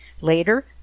Later